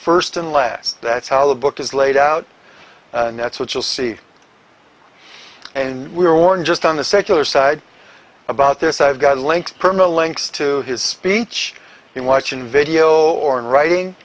first and last that's how the book is laid out and that's what you'll see and we were warned just on the secular side about this i've got links perma links to his speech in watching video or in writing